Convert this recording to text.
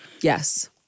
Yes